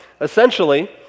Essentially